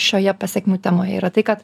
šioje pasekmių temoj yra tai kad